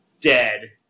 dead